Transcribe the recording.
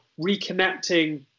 reconnecting